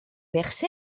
perzh